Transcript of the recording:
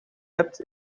hebt